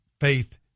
faith